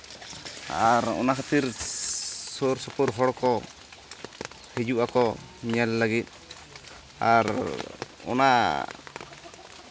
ᱟᱨ ᱚᱱᱟ ᱠᱷᱟᱹᱛᱤᱨ ᱥᱩᱨᱼᱥᱩᱯᱩᱨ ᱦᱚᱲ ᱠᱚ ᱦᱤᱡᱩᱜ ᱟᱠᱚ ᱧᱮᱞ ᱞᱟᱹᱜᱤᱫ ᱟᱨ ᱚᱱᱟ